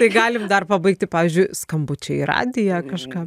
tai galim dar pabaigti pavyzdžiui skambučiai į radiją kažką